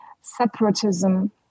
separatism